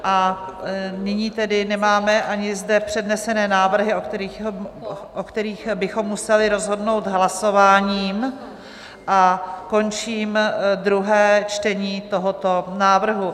A nyní tedy nemáme ani zde přednesené návrhy, o kterých bychom museli rozhodnout hlasováním, a končím druhé čtení tohoto návrhu.